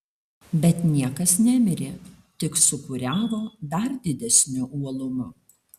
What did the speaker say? bet niekas nemirė tik sūkuriavo dar didesniu uolumu